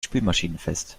spülmaschinenfest